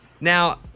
Now